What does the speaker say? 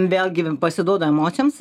vėlgi pasiduodu emocijoms